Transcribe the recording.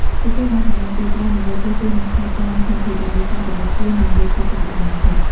ពួកគេបានចំណាយពេលច្រើនដើម្បីជួសជុល និងថែទាំសម្ភារៈនេសាទរបស់ខ្លួនយ៉ាងយកចិត្តទុកដាក់បំផុត។